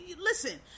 listen